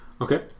Okay